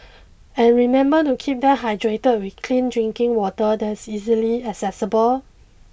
and remember to keep them hydrated with clean drinking water that's easily accessible